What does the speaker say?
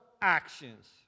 actions